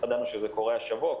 ידענו שזה קורה השבוע.